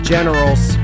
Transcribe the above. Generals